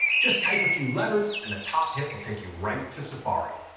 just type a few letters and the top hit will take you right to safari.